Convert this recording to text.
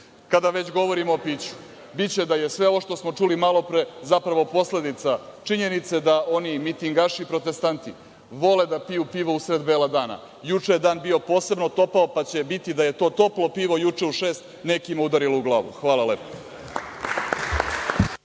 već govorimo o piću, biće da je sve ovo što smo čuli malopre, zapravo, posledica činjenice da oni mitingaši, protestanti, vole da piju pivo u sred bela dana. Juče je dan bio posebno topao, pa će biti da je to toplo pivo, juče u šest, nekima udarilo u glavu. Hvala lepo.